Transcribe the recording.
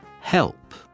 Help